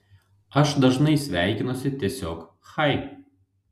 aš dažnai sveikinuosi tiesiog chai